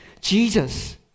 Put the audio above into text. Jesus